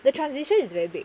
the transition is very big